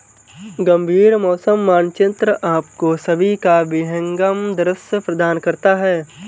गंभीर मौसम मानचित्र आपको सभी का विहंगम दृश्य प्रदान करता है